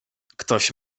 ktoś